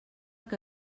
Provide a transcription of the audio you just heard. que